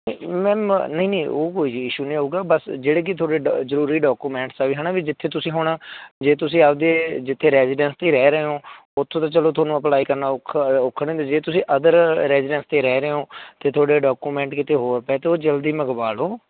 ma'am ਨਹੀਂ ਨਹੀਂ ਉਹ ਕੋਈ ਇਸ਼ੂ ਨਹੀਂ ਆਊਗਾ ਬਸ ਜਿਹੜੇ ਕਿ ਤੁਹਾਡੇ ਡ ਜ਼ਰੂਰੀ ਡਾਕੂਮੈਂਟਸ ਆ ਵੀ ਹੈ ਨਾ ਵੀ ਜਿੱਥੇ ਤੁਸੀਂ ਹੁਣ ਜੇ ਤੁਸੀਂ ਆਪਣੇ ਜਿੱਥੇ ਰੈਜੀਡੈਂਸ 'ਚ ਰਹਿ ਰਹੇ ਹੋ ਉੱਥੋਂ ਦਾ ਚੱਲੋ ਤੁਹਾਨੂੰ ਅਪਲਾਈ ਕਰਨਾ ਔਖਾ ਔਖਾ ਨਹੀਂ ਹੁੰਦਾ ਜੇ ਤੁਸੀਂ ਅਦਰ ਰੈਜੀਡੈਂਸ 'ਤੇ ਰਹਿ ਰਹੇ ਹੋ ਅਤੇ ਤੁਹਾਡੇ ਡਾਕੂਮੈਂਟ ਕਿਤੇ ਹੋਰ ਪਏ ਤਾਂ ਉਹ ਜਲਦੀ ਮੰਗਵਾ ਲਓ